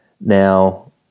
Now